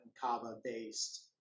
kava-based